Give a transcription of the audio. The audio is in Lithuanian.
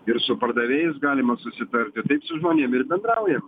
ir su pardavėjais galima susitarti taip su žmonėm ir bendraujam